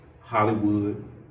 Hollywood